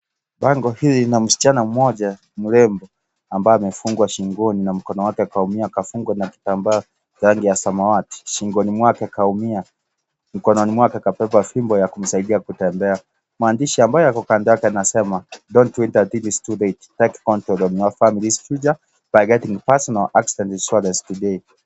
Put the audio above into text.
Bango hili lina msichana mmoja mrembo, ambaye amefungwa shingoni na mkono wake kaumia kafungwa na kitambaa rangi ya samawati. Shingoni mwake kaumia. Mkononi mwake kabeba fimbo ya kumsaidia kutembea. Maandishi ambayo yako kando yake yanasema," don't wait until it is too late, take control of your family's future by getting personal accident insurance today."